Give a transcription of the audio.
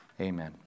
amen